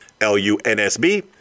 l-u-n-s-b